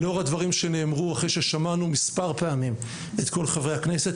לאור הדברים שנאמרו אחרי ששמענו מספר פעמים את כל חברי הכנסת,